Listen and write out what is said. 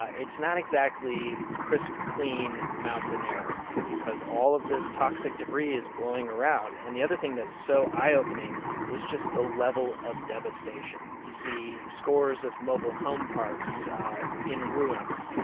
ah it's not exactly crisp, clean mountain air because all of this toxic debris is blowing around. and the other thing that's so eye-opening is just the level of devastation. you see scores of mobile home parks in ruins,